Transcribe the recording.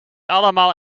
allemaal